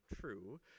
true